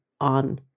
on